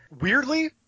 Weirdly